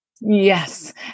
Yes